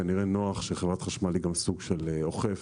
כנראה נוח שחברת החשמל היא גם סוג של אכיפה,